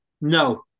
No